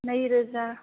नै रोजा